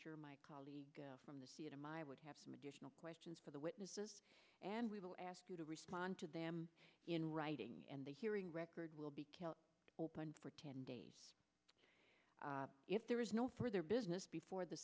sure my colleagues from the seat of my would have some additional questions for the witnesses and we will ask you to respond to them in writing and the hearing record will be killed open for ten days if there is no further business before the